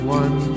one